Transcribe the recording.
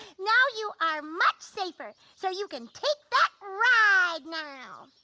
now you are much safer so you can take that ride now!